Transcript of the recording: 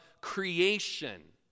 creation